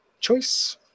choice